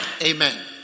Amen